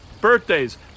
Birthdays